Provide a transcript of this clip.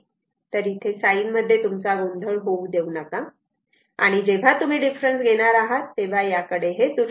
तर इथे साईन मध्ये तुमचा गोंधळ होऊ देऊ नका परंतु जेव्हा तुम्ही डिफरन्स घेणार आहात तेव्हा याकडे दुर्लक्ष करा